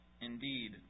indeed